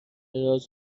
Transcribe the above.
راز